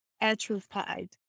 atrophied